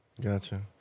Gotcha